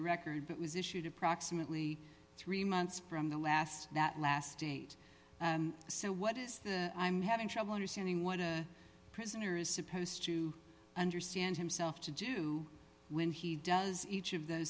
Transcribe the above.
the record that was issued approximately three months from the last that last date and so what is that i'm having trouble understanding what a prisoner is supposed to understand himself to do when he does each of th